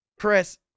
Chris